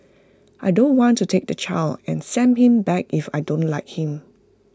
I don't want to take the child and send him back if I don't like him